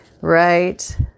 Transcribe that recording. right